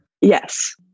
Yes